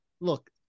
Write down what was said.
Look